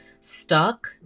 stuck